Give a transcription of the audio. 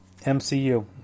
MCU